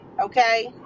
okay